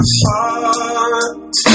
heart